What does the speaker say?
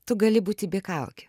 tu gali būti be kaukių